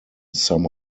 some